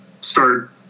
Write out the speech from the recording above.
start